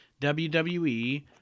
WWE